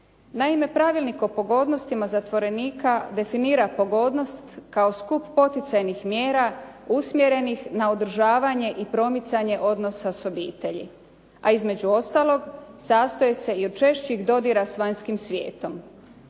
Naime, Pravilnik o pogodnostima zatvorenika definiran pogodnost kao skup poticajnih mjera usmjerenih na održavanje i promicanje odnosa s obitelji, a između ostalog sastoji se i od češćih dodira s vanjskim svijetom.